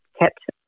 kept